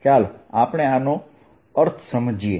ચાલો આપણે આનો અર્થ સમજીએ